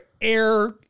Air